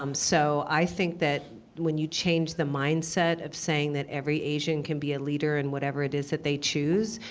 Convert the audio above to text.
um so i think that when you change the mindset of saying that every asian can be a leader in whatever it is that they choose,